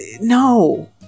no